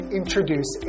introduce